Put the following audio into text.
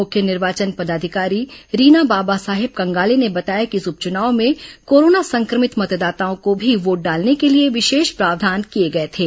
मुख्य निर्वाचन पदाधिकारी रीना बाबा साहेब कंगाले ने बताया कि इस उपचुनाव में कोरोना संक्रमित मतदाताओं को भी वोट डालने के लिए विशेष प्रावधान किए गए थे